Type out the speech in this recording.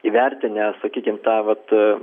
įvertinę sakykim tą vat